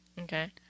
Okay